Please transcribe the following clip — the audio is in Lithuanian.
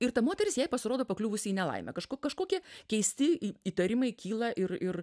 ir ta moteris jai pasirodo pakliuvusi į nelaimę kaž kažkokią keisti įtarimai kyla ir ir